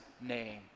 name